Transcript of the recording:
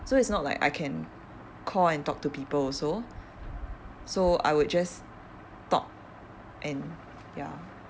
so it's not like I can call and talk to people also so I would just talk and ya